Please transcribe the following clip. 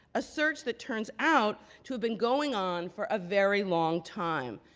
a search that turns out to have been going on for a very long time.